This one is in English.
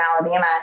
Alabama